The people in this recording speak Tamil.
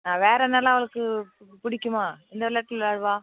ஆ வேறு என்னலாம் அவளுக்கு பிடிக்குமா எந்த விளாட்டு விளாடுவாள்